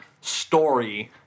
story